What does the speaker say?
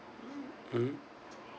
mmhmm